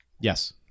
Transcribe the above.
Yes